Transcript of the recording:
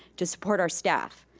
to support our staff.